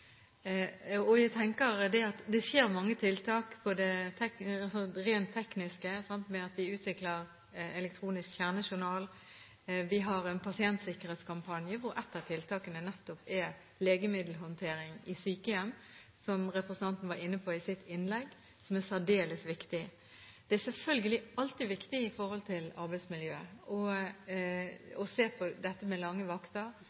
Jeg tenker at det er mange tiltak, både rent tekniske ved at vi utvikler elektronisk kjernejournal, og vi har en pasientsikkerhetskampanje hvor ett av tiltakene nettopp er legemiddelhåndtering i sykehjem, som representanten var inne på i sitt innlegg, og som er særdeles viktig. Det er selvfølgelig alltid viktig når det gjelder arbeidsmiljøet, å se på dette med lange vakter